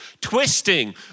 twisting